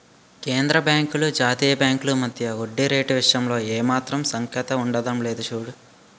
కేంద్రబాంకులు జాతీయ బాంకుల మధ్య వడ్డీ రేటు విషయంలో ఏమాత్రం సఖ్యత ఉండడం లేదు చూడు